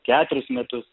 keturis metus